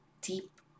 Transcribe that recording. deep